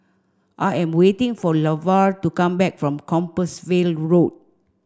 I am waiting for Lavar to come back from Compassvale Road